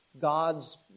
God's